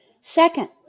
Second